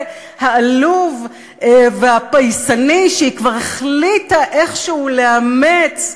העלוב והפייסני שהיא כבר החליטה איכשהו לאמץ,